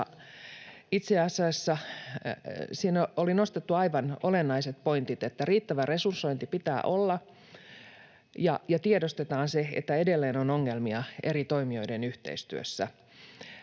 itse asiassa siinä oli nostettu aivan olennaiset pointit, että riittävä resursointi pitää olla ja tiedostetaan se, että edelleen on ongelmia eri toimijoiden yhteistyössä.